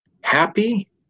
happy